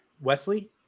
Wesley